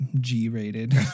G-rated